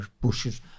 bushes